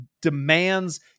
demands